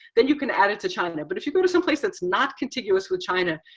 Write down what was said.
then you can add it to china. but if you go to someplace, that's not contiguous with china,